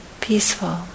peaceful